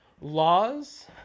laws